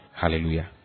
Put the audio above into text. Hallelujah